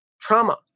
trauma